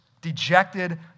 dejected